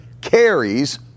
carries